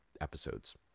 episodes